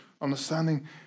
Understanding